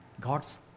god's